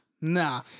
Nah